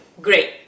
Great